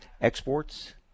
exports